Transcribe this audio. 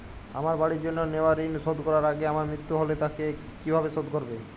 আমার বাড়ির জন্য নেওয়া ঋণ শোধ করার আগে আমার মৃত্যু হলে তা কে কিভাবে শোধ করবে?